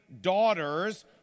daughters